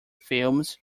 films